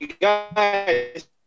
guys